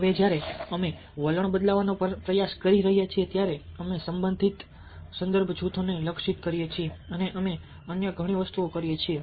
હવે જ્યારે અમે વલણ બદલવાનો પ્રયાસ કરી રહ્યા છીએ ત્યારે અમે સંબંધિત માને સંબંધિત સંદર્ભ જૂથોને લક્ષિત કરીએ છીએ અને અમે અન્ય ઘણી વસ્તુઓ કરીએ છીએ